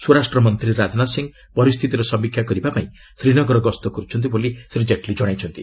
ସ୍ୱରାଷ୍ଟ୍ରମନ୍ତ୍ର ରାଜନାଥ ସିଂ ପରିସ୍ଥିତିର ସମୀକ୍ଷା କରିବା ପାଇଁ ଶ୍ରୀନଗର ଗସ୍ତ କରୁଛନ୍ତି ବୋଲି ଶ୍ରୀ କେଟ୍ଲୀ ଜଣାଇଛନ୍ତି